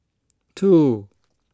two